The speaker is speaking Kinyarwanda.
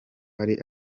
ari